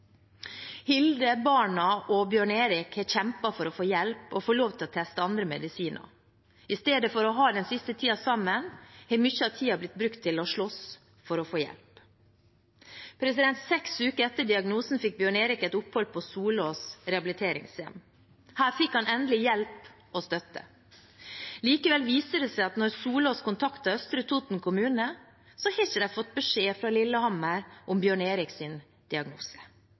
Hilde, barna og Bjørn Erik har kjempet for å få hjelp og for å få lov til å teste andre medisiner. I stedet for å ha den siste tiden sammen har mye av tiden blitt brukt til å slåss for å få hjelp. Seks uker etter diagnosen fikk Bjørn Erik et opphold på Solås bo- og rehabiliteringssenter. Her fikk han endelig hjelp og støtte. Likevel viste det seg at da Solås kontaktet Østre Toten kommune, hadde de ikke fått beskjed fra Lillehammer om Bjørn Eriks diagnose.